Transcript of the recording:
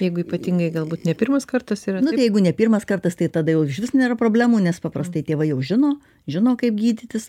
jeigu ypatingai galbūt ne pirmas kartas yra namie nu tai jeigu ne pirmas kartas tai tada jau išvis nėra problemų nes paprastai tėvai jau žino žino kaip gydytis